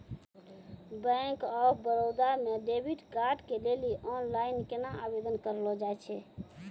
Bank of Baroda मे debit card के लेली आनलाइन केना आवेदन करलो जाय छै?